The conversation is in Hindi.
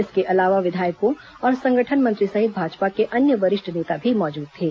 इसके अलावा विधायकों और संगठन मंत्री सहित भाजपा के अन्य वरिष्ठ नेता भी मौजूद थे